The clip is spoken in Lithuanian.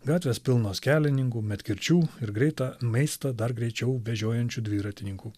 gatvės pilnos kelininkų medkirčių ir greitą maistą dar greičiau vežiojančių dviratininkų